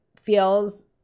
feels